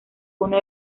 uno